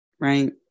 right